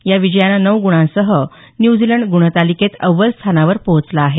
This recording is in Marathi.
या विजयानं नऊ गुणांसह न्यूझीलंड गुणतालिकेत अव्वल स्थानावर पोहोचला आहे